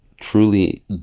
truly